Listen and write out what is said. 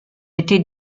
était